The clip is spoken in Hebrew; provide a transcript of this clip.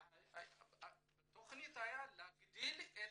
בתכנית היה להגדיל את